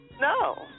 No